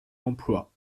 emploi